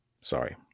Sorry